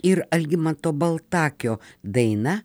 ir algimanto baltakio daina